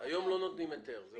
היום לא נותנים היתר, כך את אומרת.